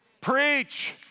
preach